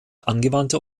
angewandte